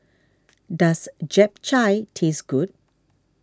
does Japchae taste good